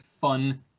fun